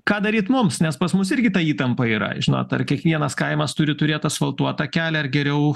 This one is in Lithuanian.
ką daryt mums nes pas mus irgi ta įtampa yra žinot ar kiekvienas kaimas turi turėt asfaltuotą kelią ar geriau